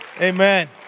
Amen